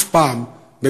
חלק מהזירה,